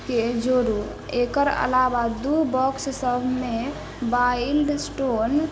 के जोड़ू एकर अलावा दू बक्ससबमे वाइल्ड स्टोन